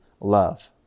love